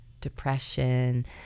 depression